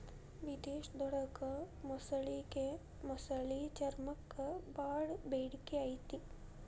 ವಿಧೇಶದೊಳಗ ಮೊಸಳಿಗೆ ಮೊಸಳಿ ಚರ್ಮಕ್ಕ ಬಾಳ ಬೇಡಿಕೆ ಐತಿ